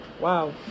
Wow